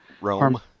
Rome